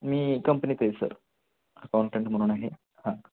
मी कंपनीत आहे sir accountant म्हणून आहे हां